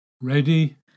Ready